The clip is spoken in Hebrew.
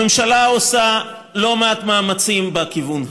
הממשלה עושה לא מעט מאמצים בכיוון הזה.